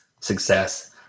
success